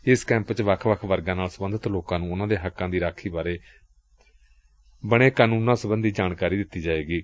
ਏਸ ਕੈਂਪ ਵਿਚ ਵੱਖ ਵੱਖ ਵਰਗਾਂ ਨਾਲ ਸਬੰਧਤ ਲੋਕਾਂ ਨੂੰ ਉਨੂਾ ਦੇ ਹੱਕਾਂ ਦੀ ਰਾਖੀ ਲਈ ਬਣੇ ਕਾਨੂੰਨਾਂ ਬਾਰੇ ਜਾਣਕਾਰੀ ਦਿੱਤੀ ਜਾਏਗੀ